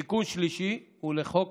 התיקון השלישי הוא לחוק